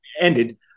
ended